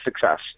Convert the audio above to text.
success